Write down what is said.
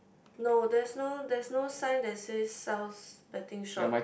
no there's no there's no sign that says sells betting shop